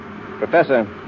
Professor